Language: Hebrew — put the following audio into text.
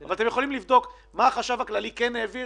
אבל אתם יכולים לבדוק מה החשב הכללי כן העביר